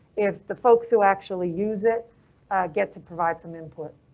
if the folks who actually use it get to provide some input.